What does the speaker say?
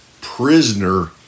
prisoner